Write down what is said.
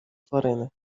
тварини